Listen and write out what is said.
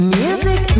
music